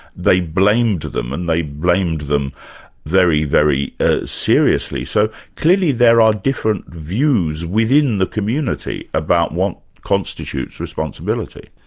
they blamed them, and they blamed them very, very ah seriously. so clearly, there are different views within the community about what constitutes responsibility.